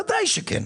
בוודאי שכן.